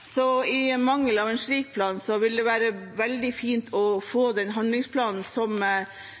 så i mangel av en slik plan vil det være veldig fint å få den handlingsplanen som